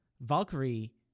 valkyrie